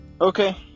Okay